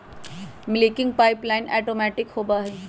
milking pipeline automatic होबा हई